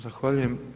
Zahvaljujem.